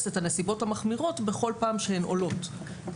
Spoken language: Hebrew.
את הנסיבות המחמירות בכל פעם שהן עולות,